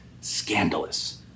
scandalous